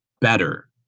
better